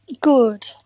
Good